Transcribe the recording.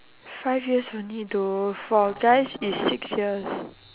five years only though for guys is six years